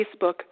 Facebook